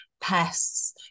pests